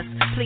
please